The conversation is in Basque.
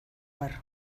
har